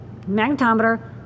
magnetometer